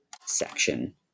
section